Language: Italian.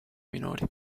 minori